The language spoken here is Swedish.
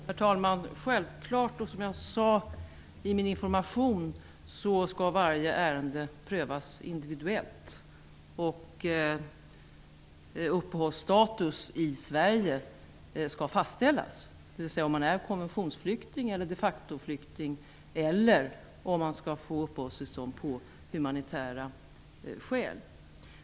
Herr talman! Som jag sade i min information skall varje ärende självklart prövas för sig och uppehållsstatus i Sverige fastställas, dvs. om man är konventionsflykting, de facto-flykting eller om man skall få uppehållstillstånd på humanitära grunder.